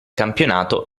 campionato